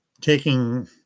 taking